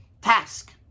task